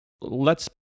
lets